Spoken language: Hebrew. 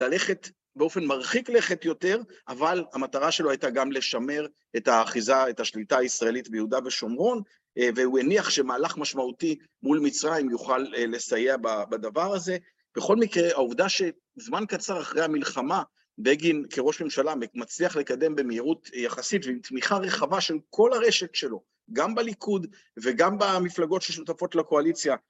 ‫ללכת באופן מרחיק לכת יותר, ‫אבל המטרה שלו הייתה גם לשמר ‫את האחיזה, את השליטה הישראלית ‫ביהודה ושומרון, ‫והוא הניח שמהלך משמעותי מול מצרים ‫יוכל לסייע בדבר הזה. ‫בכל מקרה, העובדה שזמן קצר ‫אחרי המלחמה, ‫בגין כראש ממשלה מצליח לקדם ‫במהירות יחסית ‫ועם תמיכה רחבה של כל הרשת שלו, ‫גם בליכוד וגם במפלגות ‫ששותפות לקואליציה.